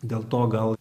dėl to gal